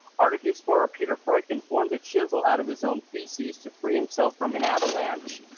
arctic explorer peter freuchen formed a chisel out of his own feces to free himself from an avalanche.